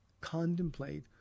contemplate